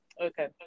Okay